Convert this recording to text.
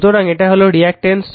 সুতরাং এটা হলো রিঅ্যাকটেন্স